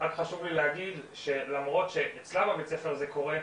רק חשוב לי להגיד שלמרות שאצלה בבית הספר זה קורה,